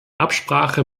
absprache